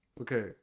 Okay